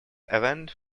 avant